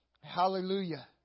Hallelujah